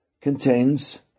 contains